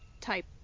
type